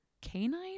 canine